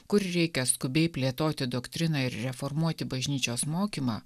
kur reikia skubiai plėtoti doktriną ir reformuoti bažnyčios mokymą